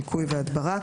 ניקוי והדברה),